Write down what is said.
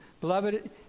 Beloved